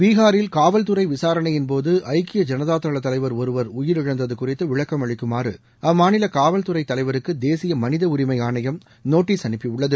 பீகாரில் காவல்துறை விசாரணையின்போது ஐக்கிய ஐனதாதள தலைவர் ஒருவர் உயிரிழந்தது குறிதது விளக்கம் அளிக்குமாறு அம்மாநில காவல்துறை தலைவருக்கு தேசிய மனித உரிமை ஆணையம் நோட்டீஸ் அறுப்பியுள்ளது